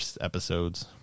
episodes